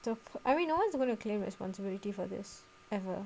so I mean no one's going to claim responsibility for this ever